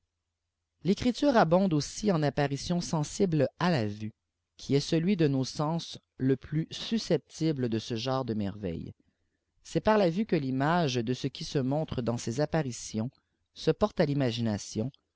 i'ecrtture abofide aussi en apparitions sensibles à la vue qui est dehii de nos sens ie pjus susceptible de ce genre de merreîties c'est par la vue que l'image dé ce qui se montre dans ees apparitions se porte à l'imagination